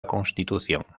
constitución